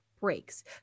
breaks